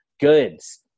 goods